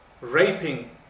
raping